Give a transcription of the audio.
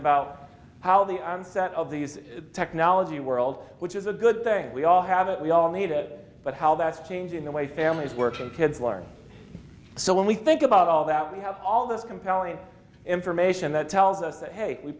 about how the onset of these technology world which is a good thing we all have it we all need it but how that's changing the way families work and kids learn so when we think about all that we have all this compelling information that tells us that hey we